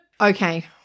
Okay